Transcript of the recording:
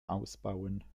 ausbauen